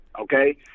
Okay